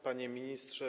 Panie Ministrze!